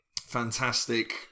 Fantastic